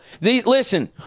Listen